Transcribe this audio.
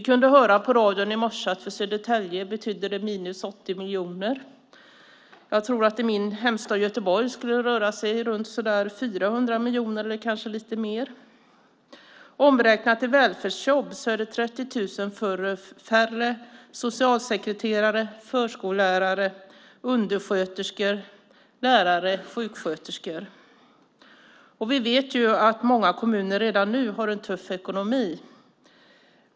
I morse kunde vi höra på radion att det för Södertälje betyder ett minus på 80 miljoner. Jag tror att det i min hemstad Göteborg rör sig om runt 400 miljoner eller kanske lite mer. Omräknat i välfärdsjobb betyder det 30 000 färre socialsekreterare, förskollärare, undersköterskor, lärare och sjuksköterskor. Vi vet att många kommuner redan nu har det tufft ekonomiskt.